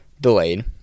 delayed